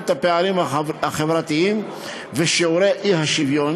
את הפערים החברתיים ושיעורי האי-שוויון,